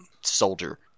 soldier